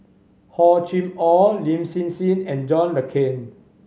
Hor Chim Or Lin Hsin Hsin and John Le Cain